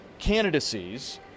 candidacies